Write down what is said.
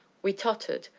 we tottered,